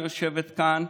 שיושבת כאן,